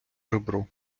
ребро